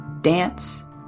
dance